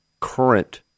current